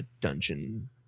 dungeon